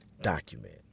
document